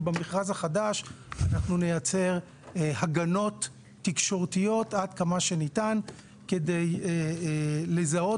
ובמכרז החדש אנחנו נייצר הגנות תקשורתיות עד כמה שניתן כדי לזהות